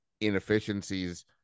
inefficiencies